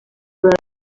urare